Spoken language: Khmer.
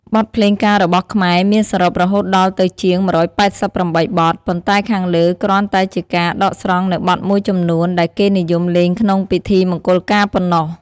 បទភ្លេងការរបស់ខ្មែរមានសរុបរហូតដល់ទៅជាង១៨៨បទ ប៉ុន្តែខាងលើគ្រាន់តែជាការដកស្រង់នូវបទមួយចំនួនដែលគេនិយមលេងក្នុងពិធីមង្គលការប៉ុណ្ណោះ។